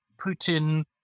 Putin